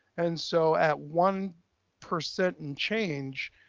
and so at one percent and change,